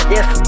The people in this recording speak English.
Yes